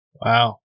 Wow